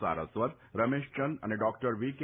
સારસ્વત રમેશ ચંદ અને doctor V કે